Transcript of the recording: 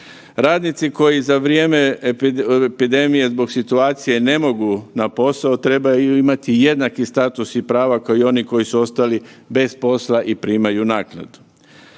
Radnici koji za vrijeme epidemije zbog situacije ne mogu na posao trebaju imati jednaki status i prava kao i oni koji su ostali bez posla i primaju naknadu.